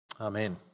Amen